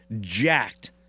jacked